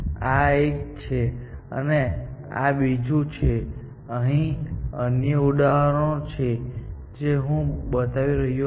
આ એક છે અને આ બીજું છે અને અહીં અન્ય ઉદાહરણો છે જે હું અહીં બતાવી રહ્યો નથી